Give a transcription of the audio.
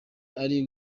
ari